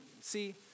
see